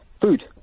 food